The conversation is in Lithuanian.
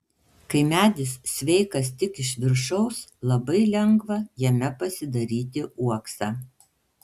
kai medis sveikas tik iš viršaus labai lengva jame pasidaryti uoksą